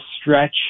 stretch